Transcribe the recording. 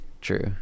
true